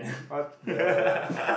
what the